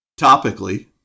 topically